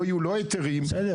לא יהיו לא היתרים --- בסדר,